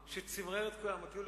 בחולשת כוחה, שהיא לא